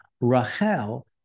Rachel